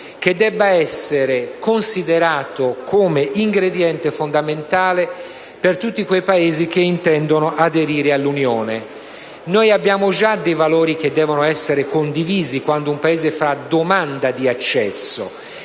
che debba essere considerato un requisito fondamentale per tutti quei Paesi che intendano aderire all'Unione. Esistono già valori che devono essere condivisi quando un Paese fa domanda di accesso,